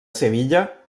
sevilla